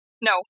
No